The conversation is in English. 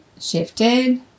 shifted